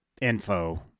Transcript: info